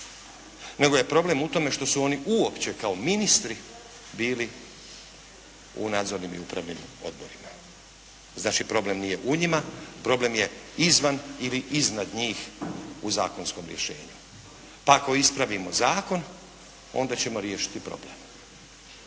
nego je problem u tome što su oni uopće kao ministri bili u nadzornim i upravnim odborima. Znači, problem nije u njima, problem je izvan ili iznad njih u zakonskom rješenju. Pa ako ispravimo zakon onda ćemo riješiti problem.